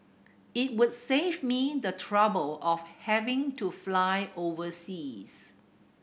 it would save me the trouble of having to fly overseas